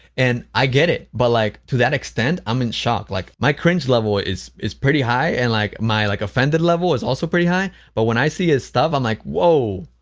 and i get it but, like, to that extent? i'm in shock, like, my cringe level is is pretty high and, like, my, like, offended level is also pretty high but when i see his stuff i'm like, whoa.